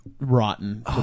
rotten